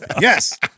Yes